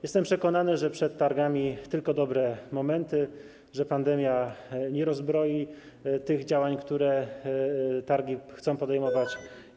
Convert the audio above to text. Jestem przekonany, że przed targami tylko dobre momenty, że pandemia nie rozbroi tych działań, które targi chcą podejmować.